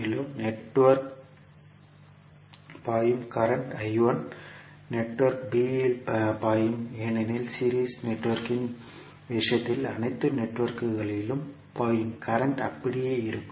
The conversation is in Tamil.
மேலும் நெட்வொர்க்கில் பாயும் கரண்ட் நெட்வொர்க் b யிலும் பாயும் ஏனெனில் சீரிஸ் நெட்வொர்க்கின் விஷயத்தில் அனைத்து நெட்வொர்க்குகளிலும் பாயும் கரண்ட் அப்படியே இருக்கும்